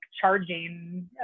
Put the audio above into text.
charging